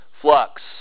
flux